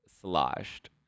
sloshed